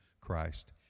Christ